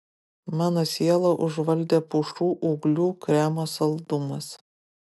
mano sielą užvaldė pušų ūglių kremo saldumas